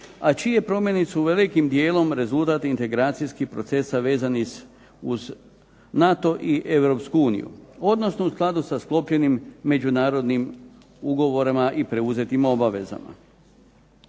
a čije promjene su velikim dijelom rezultat integracijskih procesa vezanih uz NATO i Europsku uniju, odnosno u skladu sa sklopljenim međunarodnim ugovorima i preuzetim obavezama.